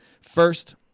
First